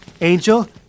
Angel